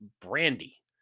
brandy